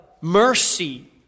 mercy